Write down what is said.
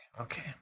Okay